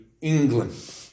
England